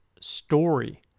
story